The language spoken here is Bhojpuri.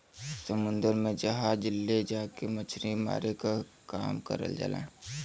समुन्दर में जहाज ले जाके मछरी मारे क काम करल जाला